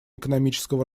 экономического